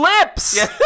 lips